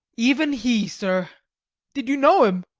even he, sir did you know him?